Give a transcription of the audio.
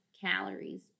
calories